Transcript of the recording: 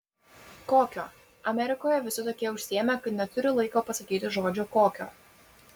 kokio amerikoje visi tokie užsiėmę kad neturi laiko pasakyti žodžio kokio